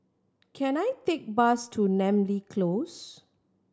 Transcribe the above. can I take a bus to Namly Close